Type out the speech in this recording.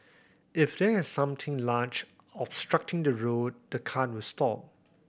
if there something large obstructing the route the cart will stop